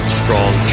strong